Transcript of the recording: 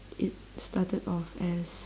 it started off as